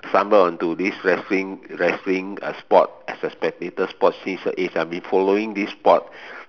stumbled onto this wrestling wrestling uh sport as a spectator sport since is I have been following this sport